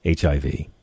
HIV